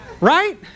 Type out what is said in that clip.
Right